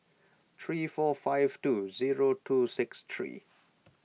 three four five two zero two six three